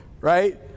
right